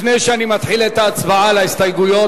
לפני שאני מתחיל את ההצבעה על ההסתייגויות,